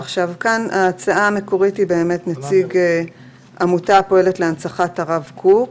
ההצעה המקורית היא נציג עמותה הפועלת להנצחת הרב קוק,